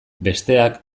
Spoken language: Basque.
besteak